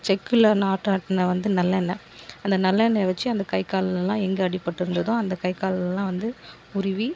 செக்கில் நாட்டு ஆட்டின வந்து நல்லெண்ணய் அந்த நல்லெண்ணெயை வச்சு அந்த கை கால் எல்லா எங்கே அடிபட்டு இருந்ததோ அந்த கை கால்லாம் வந்து உருவி